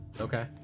okay